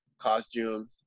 costumes